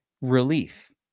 relief